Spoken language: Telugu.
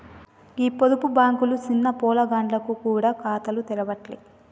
గీ పొదుపు బాంకులు సిన్న పొలగాండ్లకు గూడ ఖాతాలు తెరవ్వట్టే